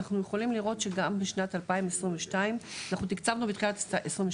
אנחנו יכולים לראות שגם בשנת 2022 אנחנו תקצבנו בתחילת השנה,